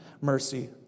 mercy